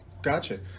Gotcha